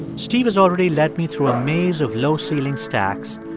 steve has already led me through a maze of low ceiling stacks,